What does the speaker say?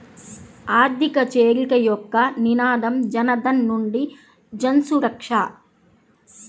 ఆర్థిక చేరిక యొక్క నినాదం జనధన్ నుండి జన్సురక్ష